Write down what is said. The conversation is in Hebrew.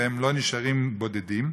והם לא נשארים בודדים,